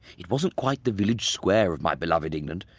it wasn't quite the village square of my beloved england,